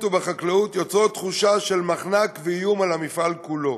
ובחקלאות יוצר תחושה של מחנק ואיום על המפעל כולו.